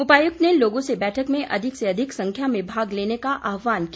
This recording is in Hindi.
उपायुक्त ने लोगों से बैठक में अधिक से अधिक संख्या में भाग लेने का आहवान किया